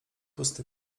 pusty